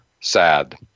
sad